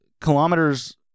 kilometers